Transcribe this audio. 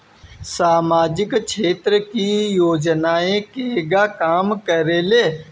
सामाजिक क्षेत्र की योजनाएं केगा काम करेले?